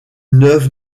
neuve